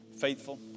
faithful